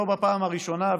לא בפעם הראשונה,